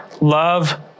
Love